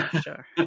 sure